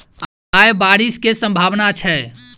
आय बारिश केँ सम्भावना छै?